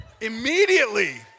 immediately